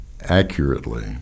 accurately